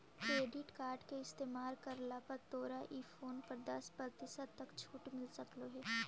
credit card के इस्तेमाल करला पर तोरा ई फोन पर दस प्रतिशत तक छूट मिल सकलों हे